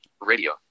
radio